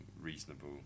reasonable